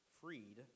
freed